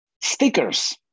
Stickers